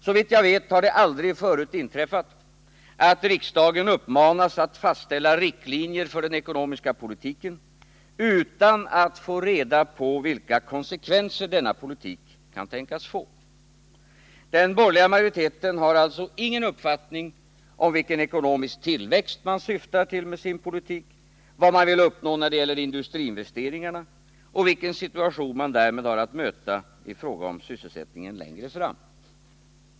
Såvitt jag vet har det aldrig förut inträffat att riksdagen uppmanas att fastställa riktlinjer för den ekonomiska politiken utan att få reda på vilka konsekvenser denna politik kan tänkas få. Den borgerliga majoriteten har alltså ingen uppfattning om vilken ekonomisk tillväxt man syftar till med sin politik, vad man vill uppnå när det gäller industriinvesteringarna och vilken situation man därmed har att möta i fråga om sysselsättningen längre fram.